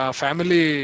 family